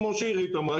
כמו שעירית אמרה,